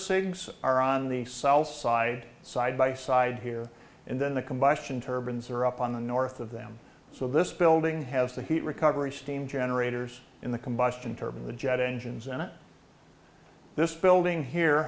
savings are on the south side side by side here and then the combustion turbines are up on the north of them so this building has the heat recovery steam generators in the combustion turbines the jet engines and this building here